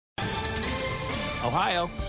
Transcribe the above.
Ohio